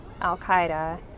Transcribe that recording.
Al-Qaeda